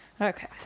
Okay